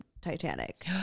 Titanic